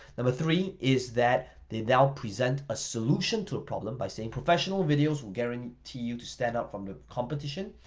number three is that they now present a solution to a problem by saying professional videos will guarantee you to stand out from the competition.